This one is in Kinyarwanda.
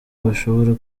bashobora